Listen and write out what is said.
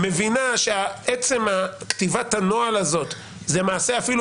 מבינה שעצם כתיבת הנוהל הזה זה מעשה אפילו